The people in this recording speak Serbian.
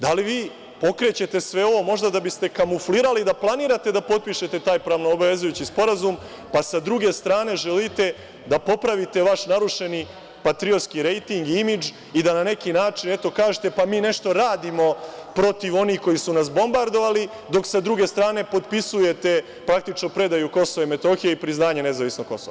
Da li vi pokrećete sve ovo možda da biste kamuflirali i da planirate potpišete taj pravno-obavezujući sporazum, pa sa druge strane želite da popravite vaš narušeni patriotski rejting i imidž i da na neki način, eto, kažete – pa mi nešto radimo protiv onih koji su nas bombardovali, dok sa druge strane potpisujete praktično predaju Kosova i Metohije i priznanje nezavisnog Kosova.